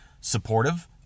supportive